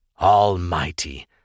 Almighty